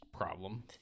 problem